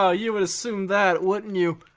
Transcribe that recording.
ah you would assume that, wouldn't you?